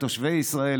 לתושבי ישראל,